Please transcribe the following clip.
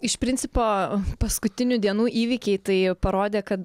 iš principo paskutinių dienų įvykiai tai parodė kad